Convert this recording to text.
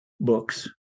books